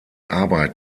arbeit